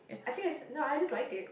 I think I just no I just like it